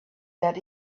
that